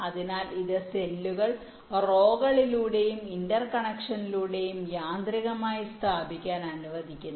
അതിനാൽ ഇത് സെല്ലുകൾ റോകളിലൂടെയും ഇന്റർകണക്ഷനിലൂടെയും യാന്ത്രികമായി സ്ഥാപിക്കാൻ അനുവദിക്കുന്നു